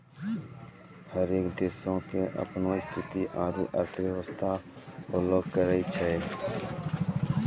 हरेक देशो के अपनो स्थिति आरु अर्थव्यवस्था होलो करै छै